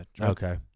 Okay